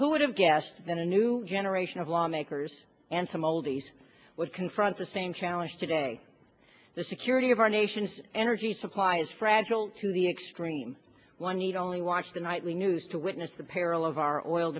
who would have guessed that a new generation of law makers and some oldies would confront the same challenge today the security of our nation's energy supply is fragile to the extreme one need only watch the nightly news to witness the peril of our oil